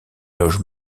loge